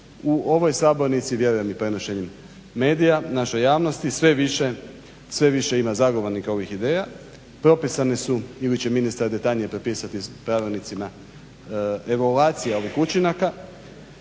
u ovoj Sabornici, vjerujem i prenošenjem medija našoj javnosti sve više ima zagovornika ovih ideja. Propisane su ili će ministar detaljnije propisati pravilnicima evaluacije ovih učinaka,